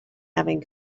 having